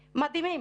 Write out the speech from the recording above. מדהימים,